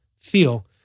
feel